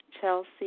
Chelsea